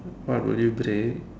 what would you bring